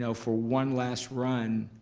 so for one last run